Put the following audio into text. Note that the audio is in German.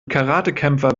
karatekämpfer